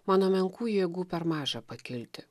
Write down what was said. mano menkų jėgų per maža pakilti